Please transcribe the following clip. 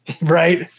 Right